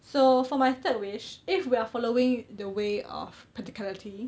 so for my third wish if we're following the way of practicality